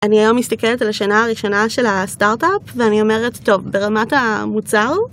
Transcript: אני היום מסתכלת על השנה הראשונה של הסטארט-אפ ואני אומרת, טוב ברמת המוצר...